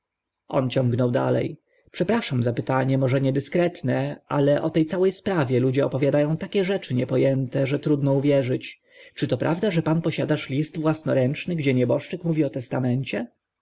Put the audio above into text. on ciągnął dale przepraszam za pytania może niedyskretne ale o te całe sprawie ludzie opowiada ą takie rzeczy niepo ęte że trudno uwierzyć czy to prawda że pan posiadasz list własnoręczny gdzie nieboszczyk mówi o testamencie